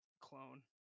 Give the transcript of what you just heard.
clone